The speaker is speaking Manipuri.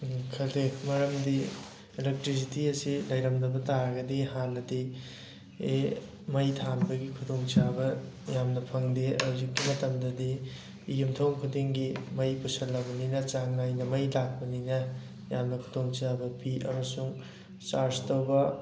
ꯎꯝ ꯈꯜꯂꯤ ꯃꯔꯝꯗꯤ ꯑꯦꯂꯦꯛꯇ꯭ꯔꯤꯁꯤꯇꯤ ꯑꯁꯤ ꯂꯩꯔꯝꯗꯕ ꯇꯥꯔꯒꯗꯤ ꯍꯥꯟꯅꯗꯤ ꯃꯩ ꯊꯥꯟꯕꯒꯤ ꯈꯨꯗꯣꯡ ꯆꯥꯕ ꯌꯥꯝꯅ ꯐꯪꯗꯦ ꯍꯧꯖꯤꯛꯀꯤ ꯃꯇꯝꯗꯗꯤ ꯌꯨꯝꯊꯣꯡ ꯈꯨꯗꯤꯡꯒꯤ ꯃꯩ ꯄꯨꯁꯜꯂꯕꯅꯤꯅ ꯆꯥꯡ ꯅꯥꯏꯅ ꯃꯩ ꯂꯥꯛꯄꯅꯤꯅ ꯌꯥꯝꯅ ꯈꯨꯗꯣꯡ ꯆꯥꯕ ꯄꯤ ꯑꯃꯁꯨꯡ ꯆꯥꯔꯖ ꯇꯧꯕ